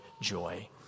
joy